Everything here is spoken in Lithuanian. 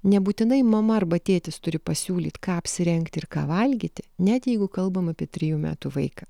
nebūtinai mama arba tėtis turi pasiūlyt ką apsirengti ir ką valgyti net jeigu kalbam apie trijų metų vaiką